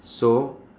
so